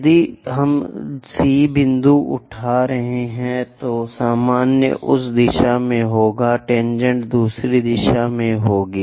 यदि हम C बिंदु उठा रहे हैं तो सामान्य उस दिशा में होगा टेनजेंट दूसरी दिशा में होगी